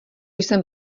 jsem